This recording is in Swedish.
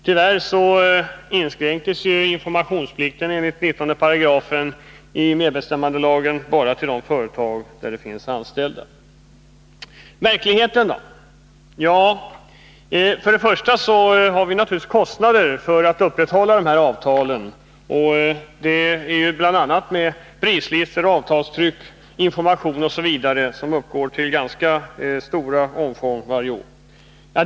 Tyvärr inskränker sig ju informationsplikten enligt 19§ i medbestämmandelagen till de företag där det finns anställda. Hur är då de verkliga förhållandena? Jo, först och främst har vi naturligtvis för upprätthållande av avtalen kostnader, för bl.a. prislistor och avtalstryck, information och sådant, som varje år uppgår till ganska stor omfattning.